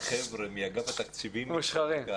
גם בימים אלה שר התרבות והספורט עוסק ללא